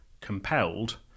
compelled